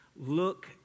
look